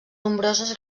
nombroses